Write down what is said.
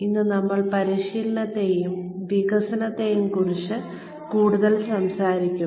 ഇന്ന് നമ്മൾ പരിശീലനത്തെയും വികസനത്തെയും കുറിച്ച് കൂടുതൽ സംസാരിക്കും